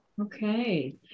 Okay